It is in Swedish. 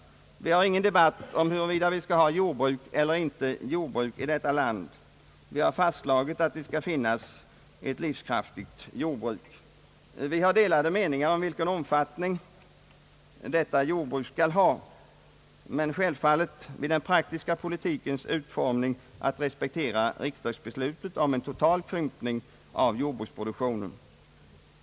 Vi har ingen debatt om huruvida vi skall ha jordbruk eller inte jordbruk i detta land. Vi har fastslagit att det skall finnas ett livskraftigt jordbruk. Vi har delade meningar om vilken omfattning detta skall ha men har självfallet vid den praktiska politikens utformning att respektera riksdagsbeslutet om en total krympning av jordbruksproduktionen.